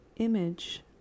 image